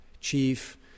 chief